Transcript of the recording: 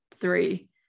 three